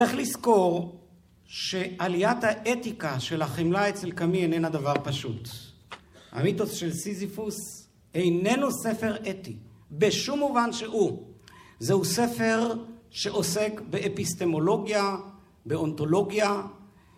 צריך לזכור שעליית האתיקה של החמלה אצל קאמי איננה דבר פשוט. המיתוס של סיזיפוס איננו ספר אתי, בשום מובן שהוא. זהו ספר שעוסק באפיסטמולוגיה, באונתולוגיה,